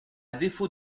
défaut